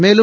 மேலும்